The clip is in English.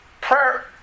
prayer